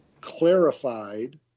clarified